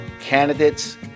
candidates